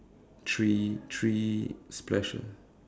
three three splash ah